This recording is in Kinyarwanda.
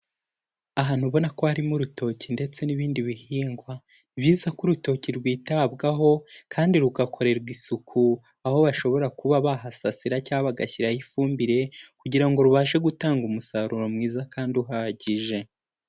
Ahantu ubona ko harimo urutoki ndetse n'ibindi bihingwa, byiza ko urutoki rwitabwaho kandi rugakorerwa isuku, aho bashobora kuba bahasasira cyangwa bagashyiraho ifumbire kugira ngo rubashe gutanga umusaruro mwiza kandi uhagije.